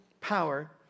power